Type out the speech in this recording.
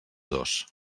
dos